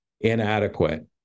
inadequate